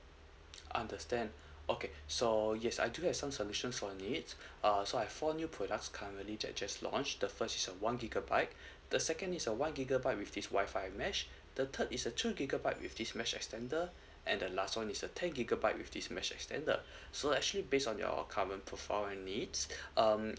understand okay so yes I do have some solution for it err so I phoned you product currently that just launched the first is a one gigabyte the second is a one gigabyte with this Wi-Fi mesh the third is a two gigabyte with this mesh extender and the last one is a ten gigabyte with this mesh extender so actually based on your current profile I need um